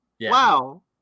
wow